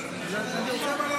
בסדר.